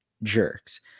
jerks